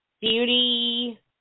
Beauty